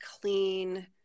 clean